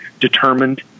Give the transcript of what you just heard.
determined